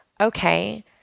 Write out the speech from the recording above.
okay